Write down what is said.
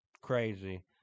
crazy